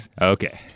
Okay